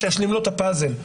שישלים לו את הפאזל.